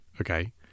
okay